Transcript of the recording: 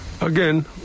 Again